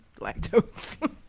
lactose